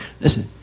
Listen